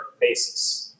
basis